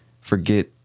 forget